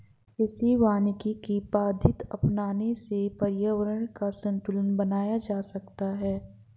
कृषि वानिकी की पद्धति अपनाने से पर्यावरण का संतूलन बनाया जा सकता है